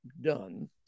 done